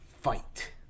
fight